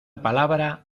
palabra